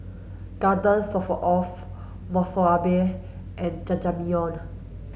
Garden Stroganoff Monsunabe and Jajangmyeon